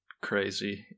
crazy